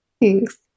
Thanks